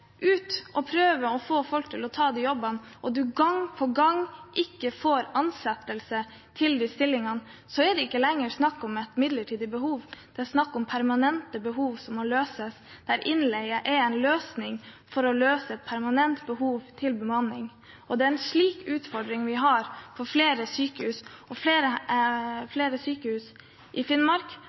å bruke innleie. Der en ikke klarer å rekruttere ansatte når en lyser ut faste stillinger, der en prøver å få folk til å ta de jobbene og en gang på gang ikke får ansatt noen i stillingene, er det ikke lenger snakk om et midlertidig behov. Da er det snakk om permanente behov som må løses, og der innleie er en løsning for å dekke behovet for bemanning. Det er en